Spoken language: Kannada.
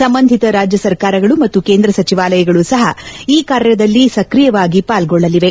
ಸಂಬಂಧಿತ ರಾಜ್ಯ ಸರ್ಕಾರಗಳು ಮತ್ತು ಕೇಂದ್ರ ಸಚಿವಾಲಯಗಳು ಸಹ ಈ ಕಾರ್ಯದಲ್ಲಿ ಸಕ್ರಿಯವಾಗಿ ಪಾಲ್ಗೊಳ್ಳಲಿವೆ